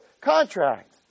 contract